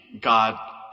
God